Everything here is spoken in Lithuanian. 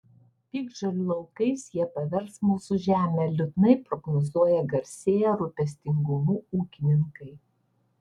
piktžolių laukais jie pavers mūsų žemę liūdnai prognozuoja garsėję rūpestingumu ūkininkai